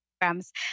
programs